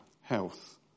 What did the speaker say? Health